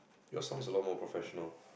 your song is a lot more professional